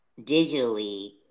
digitally